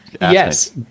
Yes